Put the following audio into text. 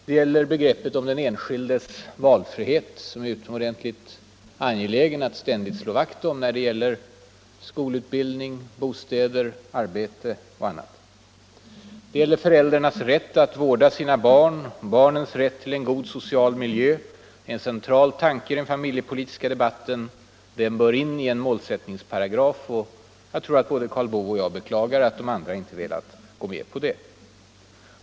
Det gäller begreppet om den enskildes valfrihet, som det är utomordentligt angeläget att ständigt slå vakt om när det gäller skolutbildning, bostäder, arbete och annat. Det gäller föräldrarnas rätt att vårda sina barn och barnens rätt till en god social miljö; en central tanke i den familjepolitiska debatten. Den bör in i en målsättningsparagraf, och jag tror att både Karl Boo och jag beklagar att de andra inte velat gå med på det.